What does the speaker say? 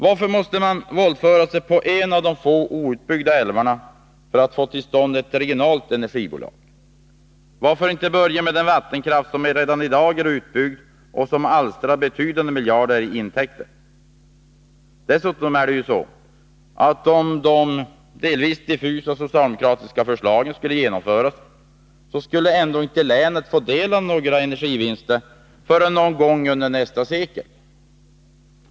Varför måste man våldföra sig på en av de få outbyggda älvarna för att få till stånd ett regionalt energibolag? Varför inte börja med den vattenkraft som redan är utbyggd och som alstrar betydande miljarder i intäkter? Dessutom är det ju så, att om de delvis diffusa socialdemokratiska förslagen skulle genomföras skulle ändå inte länet få del av några vinster förrän någon gång under nästa sekel.